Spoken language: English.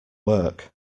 work